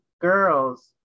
girls